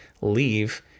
leave